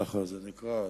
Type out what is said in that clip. כך זה נקרא.